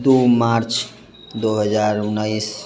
दू मार्च दू हजार उनैस